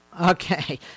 okay